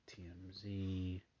TMZ